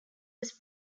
was